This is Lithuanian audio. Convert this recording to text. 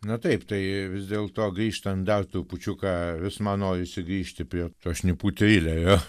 na taip tai vis dėlto grįžtant dar trupučiuką vis man norisi grįžti prie to šnipų trilerio